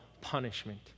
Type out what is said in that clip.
punishment